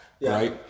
right